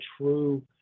true